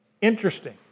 Interesting